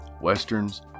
westerns